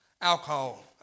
alcohol